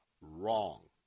Wrong